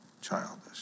childish